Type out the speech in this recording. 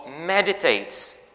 meditates